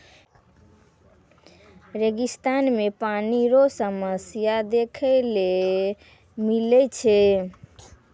रेगिस्तान मे पानी रो समस्या देखै ले मिलै छै